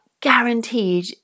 guaranteed